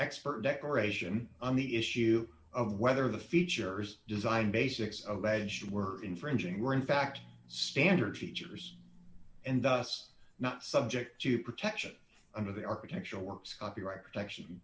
expert declaration on the issue of whether the features design basics of alleged were infringing were in fact standard features and thus not subject to protection under the architectural works copyright protection